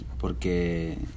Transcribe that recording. porque